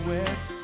West